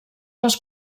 les